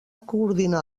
coordinar